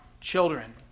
children